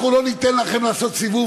אנחנו לא ניתן לכם לעשות סיבוב,